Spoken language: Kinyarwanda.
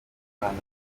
umwana